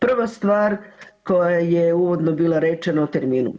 Prva stvar koja je uvodno bila rečena o terminu.